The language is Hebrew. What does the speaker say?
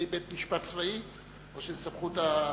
בית-משפט צבאי או שזו סמכות הרמטכ"ל?